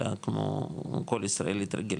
אלא כמו כל ישראלית רגילה.